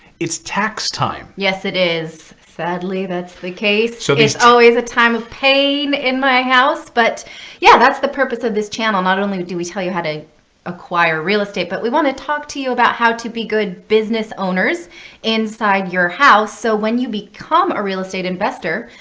it's tax time. yes, it is. sadly, that's the case. so it's always a time of pain in my house. but yeah, that's the purpose of this channel. not only do we tell you how to acquire real estate, but we want to talk to you about how to be good business owners inside your house. so when you become a real estate investor,